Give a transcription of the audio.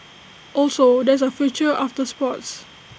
also there is A future after sports